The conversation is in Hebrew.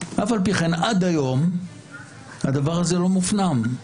עד היום הדבר הזה לא מופנם,